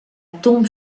tombe